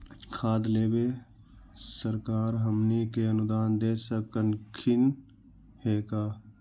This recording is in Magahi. खाद लेबे सरकार हमनी के अनुदान दे सकखिन हे का?